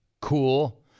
Cool